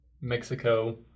Mexico